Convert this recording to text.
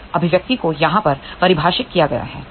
इस अभिव्यक्ति को यहाँ पर परिभाषित किया गया है